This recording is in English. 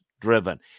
driven